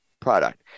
product